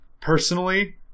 Personally